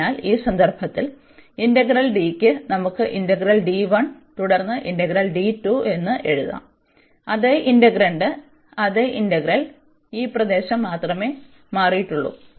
അതിനാൽ ഈ സന്ദർഭത്തിൽ ഇന്റഗ്രൽ Dക്ക് നമുക്ക് ഇന്റഗ്രൽ തുടർന്ന് ഇന്റഗ്രൽ എന്ന് എഴുതാം അതേ ഇന്റഗ്രന്റ് അതേ ഇന്റഗ്രൽ ഈ പ്രദേശം മാത്രമേ മാറിയിട്ടുള്ളൂ